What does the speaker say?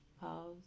Pause